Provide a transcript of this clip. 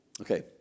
Okay